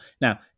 Now